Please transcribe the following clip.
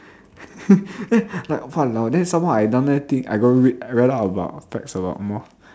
then like !walao! then some more I down there think I go read I read up about facts about moth